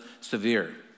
severe